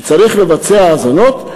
כשצריך לבצע האזנות,